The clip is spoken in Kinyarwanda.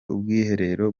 ubwiherero